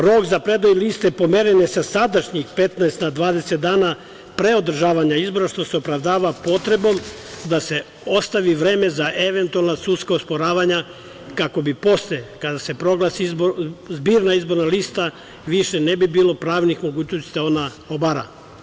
Rok za predaju liste pomeren je sa sadašnjih 15 na 20 dana pre održavanja izbora, što se opravdava potrebom da se ostavi vreme za eventualna sudska osporavanja, kako bi posle, kada se proglasi zbirna izborna lista više ne bi bilo pravnih mogućnosti da se ona obara.